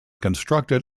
constructed